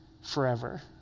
forever